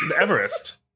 Everest